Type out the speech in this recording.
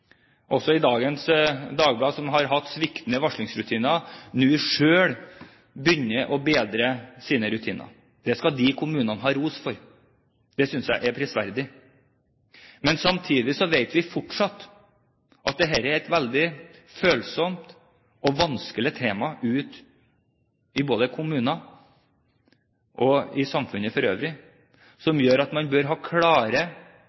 også i dagens Dagbladet, og som har hatt sviktende varslingsrutiner, nå selv begynner å bedre sine rutiner. Det skal disse kommunene ha ros for; det synes jeg er prisverdig. Men samtidig vet vi fortsatt at dette er et veldig følsomt og vanskelig tema både i kommunene og i samfunnet for øvrig, som gjør at alle bør ha klare